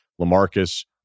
LaMarcus